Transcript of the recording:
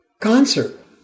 concert